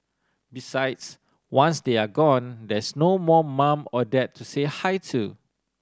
besides once they are gone there's no more mum or dad to say hi to